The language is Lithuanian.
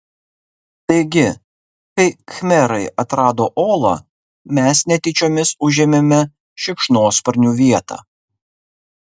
taigi kai khmerai atrado olą mes netyčiomis užėmėme šikšnosparnių vietą